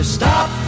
stop